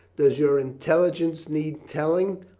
does your intelligence need telling?